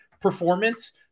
performance